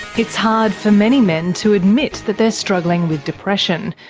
it's hard for many men to admit that they're struggling with depression.